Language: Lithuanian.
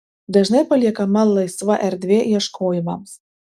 dažnai paliekama laisva erdvė ieškojimams